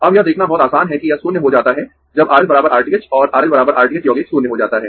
अब यह देखना बहुत आसान है कि यह शून्य हो जाता है जब RL R th और RL R th यौगिक शून्य हो जाता है